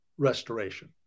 restoration